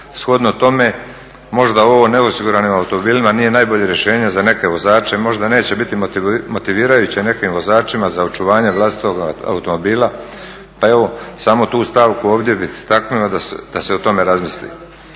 Shodno tome, možda ovo o neosiguranim automobilima nije najbolje rješenje za neke vozače i možda neće biti motivirajuće nekim vozačima za očuvanje vlastitog automobila pa evo samo tu stavku ovdje bih istaknuo da se o tome razmisli.